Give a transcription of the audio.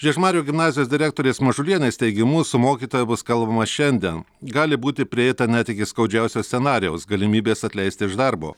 žiežmarių gimnazijos direktorės mažulienės teigimu su mokytoja bus kalbama šiandien gali būti prieita net iki skaudžiausio scenarijaus galimybės atleisti iš darbo